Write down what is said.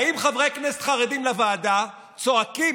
באים חברי כנסת חרדים לוועדה וצועקים.